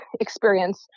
experience